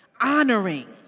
honoring